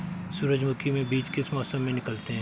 सूरजमुखी में बीज किस मौसम में निकलते हैं?